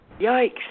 Yikes